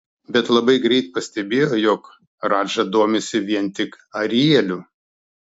bet labai greit pastebėjo jog radža domisi vien tik arieliu